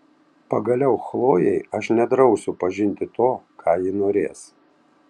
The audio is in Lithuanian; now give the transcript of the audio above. pagaliau chlojei aš nedrausiu pažinti to ką ji norės